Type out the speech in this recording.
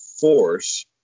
force